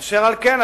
אשר על כן,